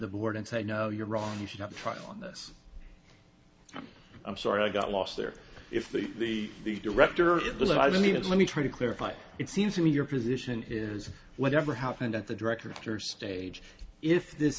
the board and say no you're wrong you should have a trial on this i'm sorry i got lost there if the the director it was i mean it's let me try to clarify it seems to me your position is whatever happened at the director stage if this